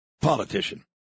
politician